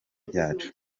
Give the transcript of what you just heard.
byacu